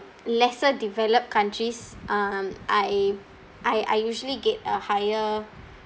lesser developed countries um I I I usually get a higher